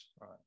right